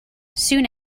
soon